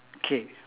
K